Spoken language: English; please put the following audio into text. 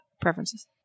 preferences